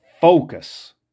focus